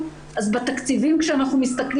אז אם אנחנו מסתכלים על השוויון אז בתקציבים כשאנחנו מסתכלים